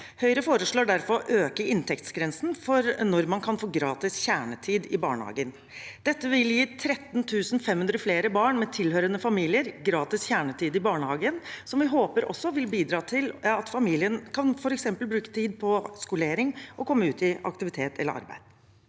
Høyre foreslår derfor å øke inntektsgrensen for når man kan få gratis kjernetid i barnehagen. Dette vil gi 13 500 flere barn med tilhørende familier gratis kjernetid i barnehagen, som vi håper også vil bidra til at familien f.eks. kan bruke tid på skolering og komme ut i aktivitet eller arbeid.